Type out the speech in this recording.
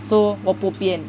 so 我 bobian